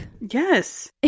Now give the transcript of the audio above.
Yes